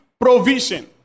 provision